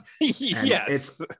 yes